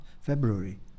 February